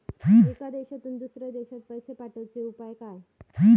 एका देशातून दुसऱ्या देशात पैसे पाठवचे उपाय काय?